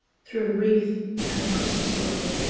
through wreath and christmas grove.